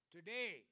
Today